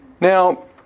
Now